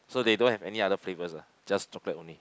so they don't have any other flavours ah just chocolate only